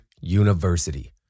University